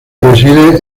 reside